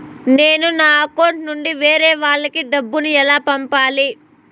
నేను నా అకౌంట్ నుండి వేరే వాళ్ళకి డబ్బును ఎలా పంపాలి?